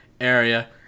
area